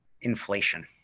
inflation